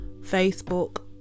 Facebook